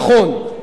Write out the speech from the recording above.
נכון,